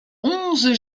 onze